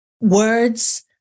Words